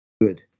Good